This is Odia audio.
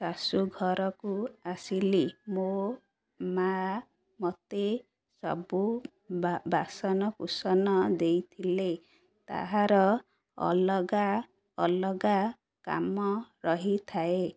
ଶାଶୁଘରକୁ ଆସିଲି ମୋ ମା ମତେ ସବୁ ମା ବାସନକୁସନ ଦେଇଥିଲେ ତାହାର ଅଲଗା ଅଲଗା କାମ ରହିଥାଏ